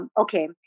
Okay